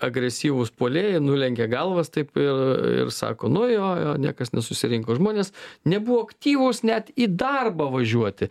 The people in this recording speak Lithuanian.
agresyvūs puolėjai nulenkė galvas taip ir ir sako nu jo jo niekas nesusirinko žmonės nebuvo aktyvūs net į darbą važiuoti